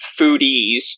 foodies